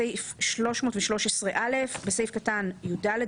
בסעיף 313א בסעיף קטן (יד),